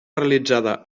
realitzada